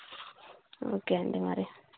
okay అండి మరి